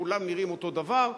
כולם נראים אותו דבר.